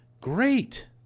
Great